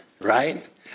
right